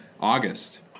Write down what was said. August